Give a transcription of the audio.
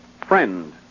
Friend